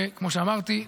וכמו שאמרתי,